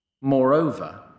Moreover